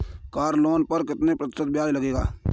Car loan पर कितने प्रतिशत ब्याज लगेगा?